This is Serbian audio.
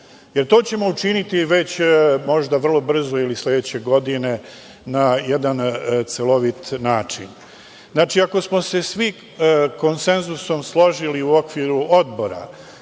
To ćemo učiniti već možda vrlo brzo ili sledeće godine na jedan celovit način. Znači, ako smo se svi konsenzusom složili u okviru Odbora